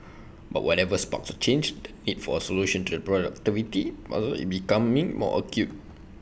but whatever sparks A change the need for A solution to the productivity puzzle is becoming more acute